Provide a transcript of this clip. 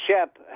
Shep